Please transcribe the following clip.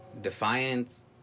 Defiance